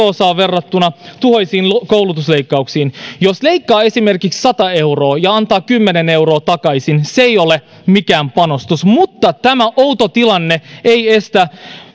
osaa verrattuna tuhoisiin koulutusleikkauksiin jos leikkaa esimerkiksi sata euroa ja antaa kymmenen euroa takaisin se ei ole mikään panostus mutta tämä outo tilanne ei estä